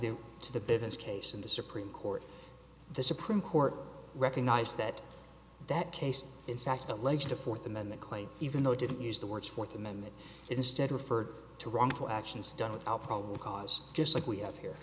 the to the business case in the supreme court the supreme court recognized that that case in fact alleged the fourth amendment claim even though didn't use the words fourth amendment instead referred to wrongful actions done without probable cause just like we have here